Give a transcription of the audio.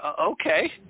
okay